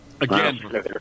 Again